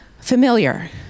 Familiar